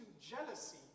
jealousy